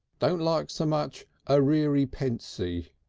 don't like so much arreary pensy.